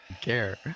care